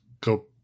go